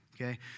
Okay